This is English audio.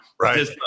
Right